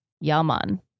Yaman